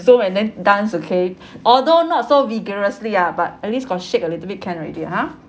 zoom and then dance okay although not so vigorously ah but at least got shake a little bit can already ha